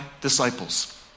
disciples